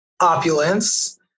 opulence